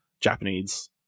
Japanese